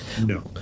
No